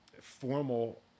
formal